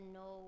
no